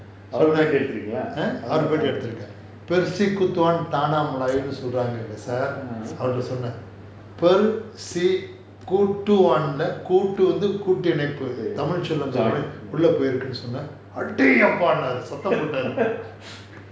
!huh! அவரை பேட்டி எடுத்து இருக்கேன்:avara paeti eduthu irukaen tamil அவரோட சொன்னேன்:avaroda sonnaen சொல்றாங்கனு சொன்ன அவகிட்ட:solraanganu sonna avakitta வந்து குருட்டு வந்து கூட்டிணைப்பு:vanthu kurutu vanthu kootanaippu tamil சொல் உள்ள போய் இருக்குனு சொன்னேன் அடேய் எப்பனு சொன்னாரு போட்டாரு:sol ulla poi iruku nu sonnaen adei eppanu sonnaru potaru